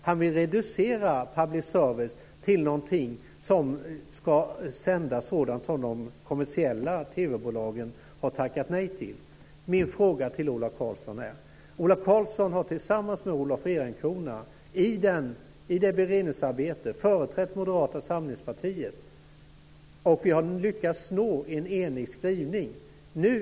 Han vill reducera public service till någonting som ska sända sådant som de kommersiella TV-bolagen har tackat nej till. Jag har en fråga till Ola Karlsson. Ola Karlsson har tillsammans med Olof Ehrencrona i beredningsarbetet företrätt Moderata samlingspartiet, och vi har lyckats nå en enig skrivning.